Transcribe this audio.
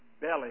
belly